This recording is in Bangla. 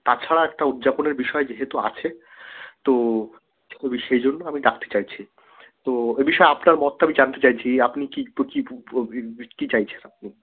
তাছাড়া একটা উদ্যাপনের বিষয় যেহেতু আছে তো সেই জন্য আমি ডাকতে চাইছি তো এ বিষয়ে আপনার মতটা আমি জানতে চাইছি আপনি কী কী কী চাইছেন আপনি